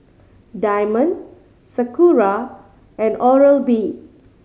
Diamond Sakura and Oral B